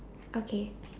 okay